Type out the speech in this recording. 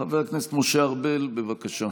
חבר הכנסת משה ארבל, בבקשה.